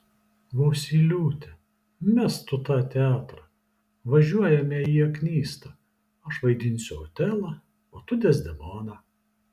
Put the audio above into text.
vosyliūte mesk tu tą teatrą važiuojame į aknystą aš vaidinsiu otelą tu dezdemoną